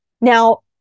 Now